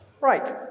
Right